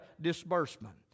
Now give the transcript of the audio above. disbursement